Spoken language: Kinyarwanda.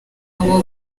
abo